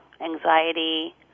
anxiety